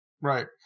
Right